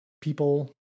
people